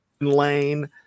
lane